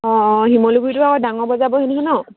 অঁ অঁ শিমলুগুৰিটো আৰু ডাঙৰ বজাৰ বহে নহয় ন